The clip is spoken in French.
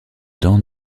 dents